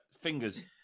fingers